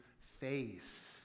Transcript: face